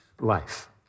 life